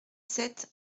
sept